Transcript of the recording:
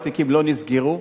התיקים לא נסגרו,